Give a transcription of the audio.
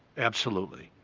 absolutely.